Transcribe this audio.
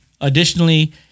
Additionally